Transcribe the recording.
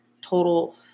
total